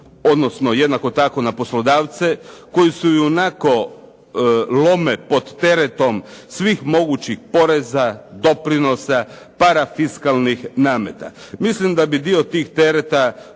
odnosno jednako tako na poslodavce koji se ionako lome pod teretom svih mogućih poreza, doprinosa, parafiskalnih nameta. Mislim da bi dio tih tereta